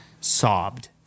sobbed